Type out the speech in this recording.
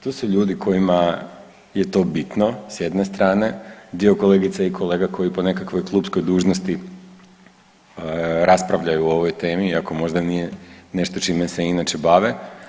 Tu su ljudi kojima je to bitno s jedne strane, dio kolegica i kolega koji po nekakvoj klupskoj dužnosti raspravljaju o ovoj temi iako možda nije nešto čime se inače bave.